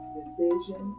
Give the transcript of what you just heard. decision